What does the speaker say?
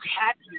happy